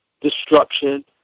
destruction